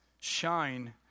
shine